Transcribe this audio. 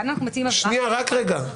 רגע.